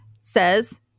says